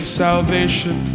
salvation